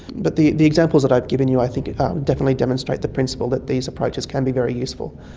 but the the examples that i've given you i think definitely demonstrate the principle that these approaches can be very useful.